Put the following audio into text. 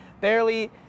barely